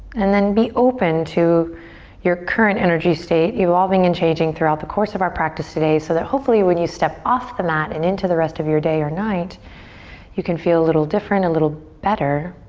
and then be open to your current energy state evolving and changing throughout the course of our practice today so that hopefully when you step off the mat and into the rest of your day or night you can feel a little different, a little better.